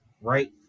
right